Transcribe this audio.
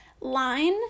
line